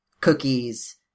cookies